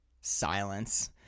silence